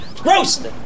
Gross